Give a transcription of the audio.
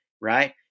Right